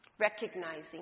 recognizing